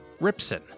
Ripson